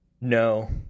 No